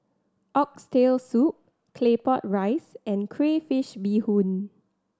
Oxtail Soup Claypot Rice and crayfish beehoon